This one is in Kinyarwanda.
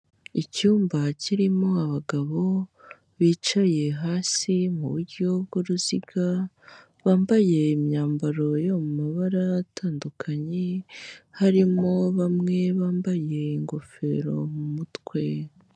Icyumba kirimo abagabo bicaye hasi mu buryo bw'uruziga, bambaye imyambaro yo mu mabara atandukanye, harimo bamwe bambaye ingofero mu mutwe.